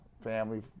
family